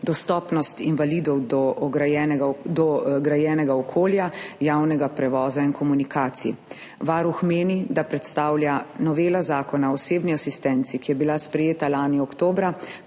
dostopnost invalidov do grajenega okolja, javnega prevoza in komunikacij. Varuh meni, da predstavlja novela Zakona o osebni asistenci, ki je bila sprejeta lani oktobra,